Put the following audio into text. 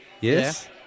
Yes